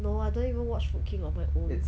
no I don't even watch food king on my own